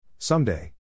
Someday